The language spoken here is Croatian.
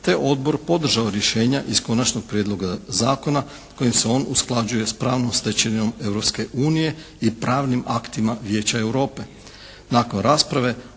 te Odbor podržao rješenja iz Konačnog prijedloga Zakona kojim se on usklađuje s pravnom stečevinom Europske unije i pravnim aktima Vijeća Europe. Nakon rasprave